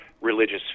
religious